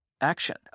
action